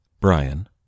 Brian